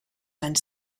anys